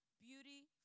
beauty